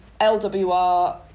LWR